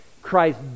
Christ